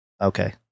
Okay